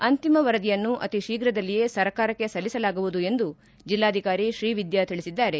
ಅಂತಿಮ ವರದಿಯನ್ನು ಅತಿ ಶೀಘದಲ್ಲಿಯೇ ಸರ್ಕಾರಕ್ಕೆ ಸಲ್ಲಿಸಲಾಗುವುದು ಎಂದು ಜಿಲ್ಲಾಧಿಕಾರಿ ಶ್ರೀವಿದ್ದಾ ತಿಳಿಸಿದ್ದಾರೆ